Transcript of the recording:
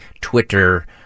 Twitter